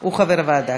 הוא חבר הוועדה.